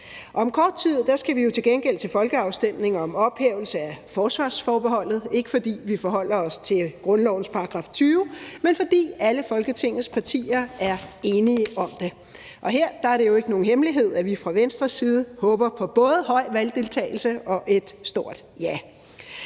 Om kort tid skal vi jo til gengæld til folkeafstemning om ophævelse af forsvarsforbeholdet, ikke fordi vi forholder os til grundlovens § 20, men fordi alle Folketingets partier er enige om det. Her er det jo ikke nogen hemmelighed, at vi fra Venstres side håber på både høj valgdeltagelse og et stort ja.